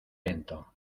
lento